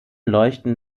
leuchten